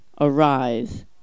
Arise